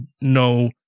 no